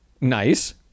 Nice